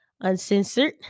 uncensored